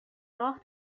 راه